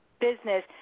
business